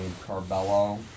Carbello